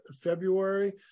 February